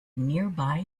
nearby